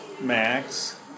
Max